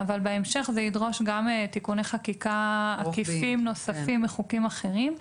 אבל בהמשך זה ידרוש גם תיקוני חקיקה עקיפים נוספים בחוקים אחרים.